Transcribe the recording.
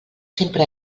sempre